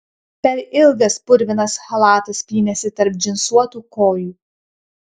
per ilgas purvinas chalatas pynėsi tarp džinsuotų kojų